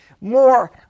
more